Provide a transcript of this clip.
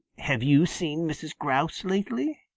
have you seen mrs. grouse lately?